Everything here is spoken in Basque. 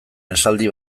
esaldi